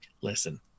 listen